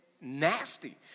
nasty